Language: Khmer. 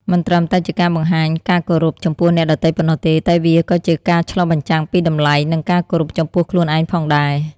មិនត្រឹមតែជាការបង្ហាញការគោរពចំពោះអ្នកដទៃប៉ុណ្ណោះទេ តែវាក៏ជាការឆ្លុះបញ្ចាំងពីតម្លៃ និងការគោរពចំពោះខ្លួនឯងផងដែរ។